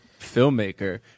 filmmaker